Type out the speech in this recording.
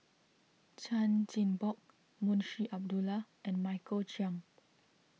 Chan Chin Bock Munshi Abdullah and Michael Chiang